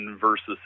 versus